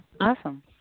awesome